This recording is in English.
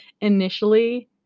initially